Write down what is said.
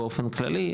באופן כללי,